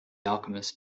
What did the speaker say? alchemist